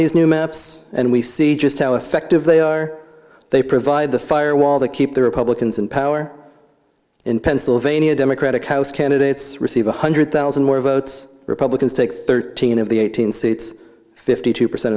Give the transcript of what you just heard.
these new maps and we see just how effective they are they provide the firewall to keep the republicans in power in pennsylvania democratic house candidates receive one hundred thousand more votes republicans take thirteen of the eighteen seats fifty two percent